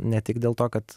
ne tik dėl to kad